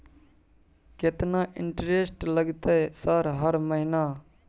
केतना इंटेरेस्ट लगतै सर हर महीना?